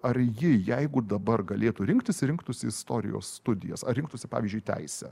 ar ji jeigu dabar galėtų rinktis rinktųsi istorijos studijas ar rinktųsi pavyzdžiui teisę